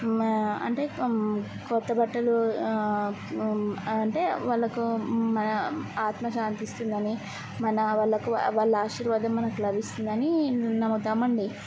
మా అంటే కొత్త బట్టలూ అంటే వాళ్ళకు మన ఆత్మ శాంతిస్తుందని మన వాళ్ళకు వాళ్ళ ఆశీర్వాదం మనకు లభిస్తుందని న నమ్ముతామండి